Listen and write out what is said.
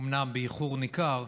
אומנם באיחור ניכר,